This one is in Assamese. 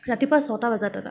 ৰাতিপুৱা ছটা বজাত দাদা